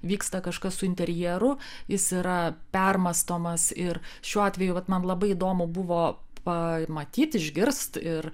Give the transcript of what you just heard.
vyksta kažkas su interjeru jis yra permąstomas ir šiuo atveju vat man labai įdomu buvo pamatyt išgirst ir